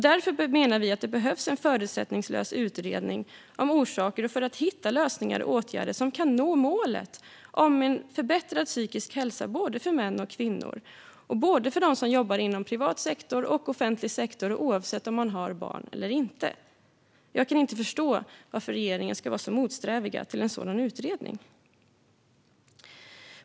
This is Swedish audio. Därför menar vi att det behövs en förutsättningslös utredning om orsaker för att hitta lösningar och åtgärder som kan göra att målet om en förbättrad psykisk hälsa för både män och kvinnor nås. Det gäller både dem som jobbar inom privat sektor och dem som jobbar inom offentlig sektor och oavsett om man har barn eller inte. Jag kan inte förstå varför regeringen ska vara så motsträvig till en sådan utredning.